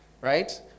right